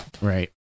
Right